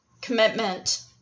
commitment